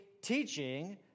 teaching